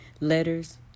letters